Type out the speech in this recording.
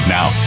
Now